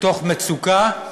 מתוך מצוקה,